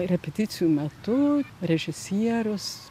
repeticijų metu režisierius